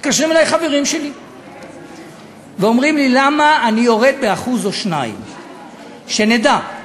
מתקשרים אלי חברים שלי ואומרים לי למה אני יורד ב-1% או 2%. שנדע,